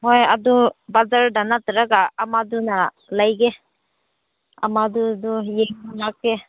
ꯍꯣꯏ ꯑꯗꯨ ꯕꯖꯥꯔꯗ ꯅꯠꯇ꯭ꯔꯒ ꯑꯃꯗꯨꯅ ꯂꯩꯒꯦ ꯑꯃꯗꯨꯗꯨ ꯌꯦꯡꯂꯛꯀꯦ